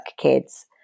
kids